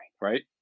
right